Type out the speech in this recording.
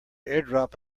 airdrop